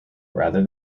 rather